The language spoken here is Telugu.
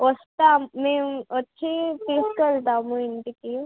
వస్తాం మేము వచ్చి తీసుకువెళ్తాము ఇంటికి